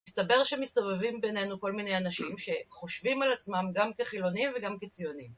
מסתבר שמסתובבים בינינו כל מיני אנשים שחושבים על עצמם גם כחילונים וגם כציונים.